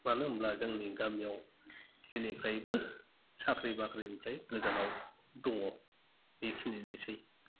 मानो होमब्ला जोंनि गामियाव जेनिफ्रायबो साख्रि बाख्रिनिफ्राय गोजानाव दङ बेखिनियानोसै